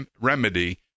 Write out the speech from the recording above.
remedy